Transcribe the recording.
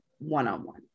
one-on-one